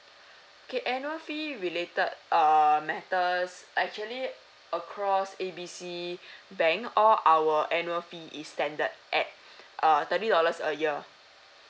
okay annual fee related err matters actually across A B C bank all our annual fee is standard at err thirty dollars a year